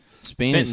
Spain